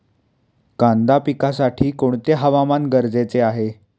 कांदा पिकासाठी कोणते हवामान गरजेचे आहे?